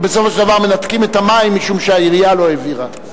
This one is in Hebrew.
ובסופו של דבר מנתקים את המים משום שהעירייה לא העבירה.